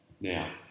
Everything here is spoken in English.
Now